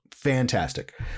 fantastic